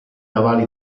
navale